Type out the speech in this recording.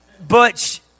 Butch